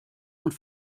und